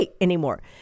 anymore